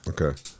Okay